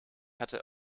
hatte